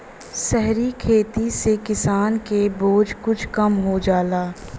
सहरी खेती से किसानन के बोझ कुछ कम हो जाला